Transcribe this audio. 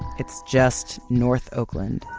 it's just north oakland.